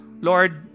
Lord